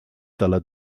dalla